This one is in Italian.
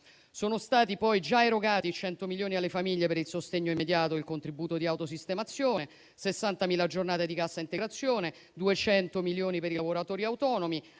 Sono stati poi già erogati 100 milioni alle famiglie per il sostegno immediato e il contributo di auto sistemazione; 60.000 giornate di cassa integrazione; 200 milioni per i lavoratori autonomi;